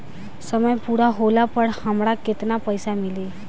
समय पूरा होला पर हमरा केतना पइसा मिली?